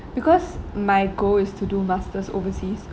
because my goal is to do masters overseas